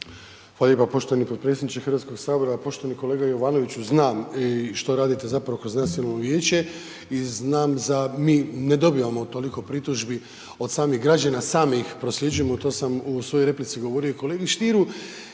Hvala lijepa poštovani potpredsjedniče HS-a. Poštovani kolega Jovanoviću. Znam i što radite kroz nacionalno vijeće i znam da mi ne dobivamo toliko pritužbi od samih građana, sami ih prosljeđujemo, to sam u svojoj replici govorio i kolegi Stieru.